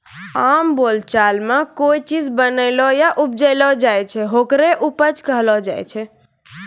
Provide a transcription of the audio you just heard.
आम बोलचाल मॅ कोय चीज बनैलो या उपजैलो जाय छै, होकरे उपज कहलो जाय छै